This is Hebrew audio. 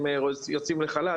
הם יוצאים לחל"ת,